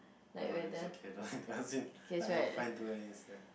no it's okay I don't like to ask him like I'm fine ya